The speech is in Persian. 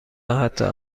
حتا